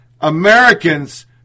Americans